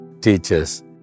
Teachers